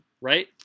right